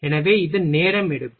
எனவே இது நேரம் எடுக்கும்